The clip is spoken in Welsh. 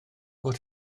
fod